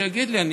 נו, שיגיד לי.